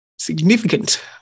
significant